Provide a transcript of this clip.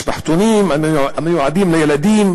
משפחתונים המיועדים לילדים